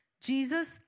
Jesus